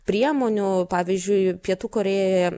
priemonių pavyzdžiui pietų korėjoje